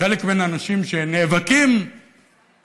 שחלק מן האנשים שנאבקים פוצצו